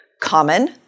common